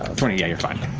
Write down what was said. twenty? yeah, you're fine.